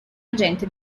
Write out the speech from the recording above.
agente